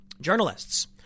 Journalists